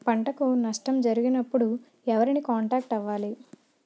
పంటకు నష్టం జరిగినప్పుడు ఎవరిని కాంటాక్ట్ అవ్వాలి?